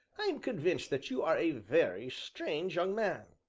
i am convinced that you are a very strange young man.